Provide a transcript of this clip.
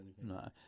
no